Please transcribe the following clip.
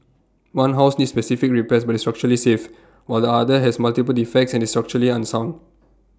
one house needs specific repairs but is structurally safe while the other has multiple defects and is structurally unsound